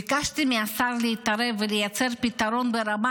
ביקשתי מהשר להתערב ולייצר פתרון ברמה